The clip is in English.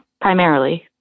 primarily